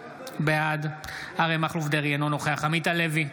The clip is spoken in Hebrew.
בעד אריה מכלוף דרעי, אינו נוכח עמית הלוי,